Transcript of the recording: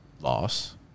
Loss